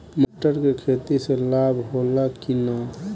मटर के खेती से लाभ होला कि न?